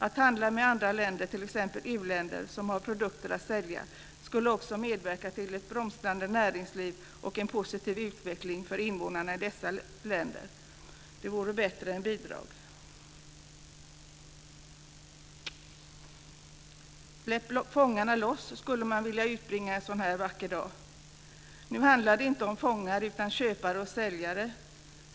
Att handla mer med andra länder, t.ex. u-länder som har produkter att sälja, skulle också medverka till ett blomstrande näringsliv och en positiv utveckling för invånarna i dessa länder. Det vore bättre än bidrag. Släpp fångarna loss, skulle man vilja utbrista en sådan här vacker dag. Nu handlar det inte om fångar utan om köpare och säljare.